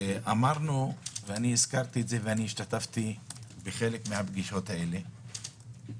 השתתפתי בחלק מן הפגישות האלה.